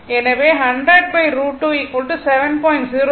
எனவே 100 √2 70